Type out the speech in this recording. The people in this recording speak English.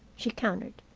she countered.